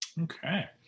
Okay